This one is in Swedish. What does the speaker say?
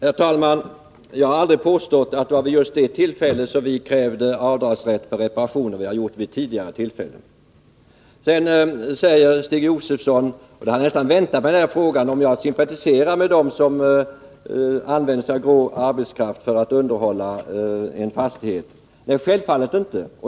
Herr talman! Jag har aldrig påstått att det var vid just det tillfället som vi krävde avdragsrätt för reparationer — vi har gjort det vid tidigare tillfällen. Stig Josefson frågade — och den frågan hade jag nästan väntat mig — om jag sympatiserar med dem som använder sig av grå arbetskraft för att underhålla en fastighet. Självfallet inte!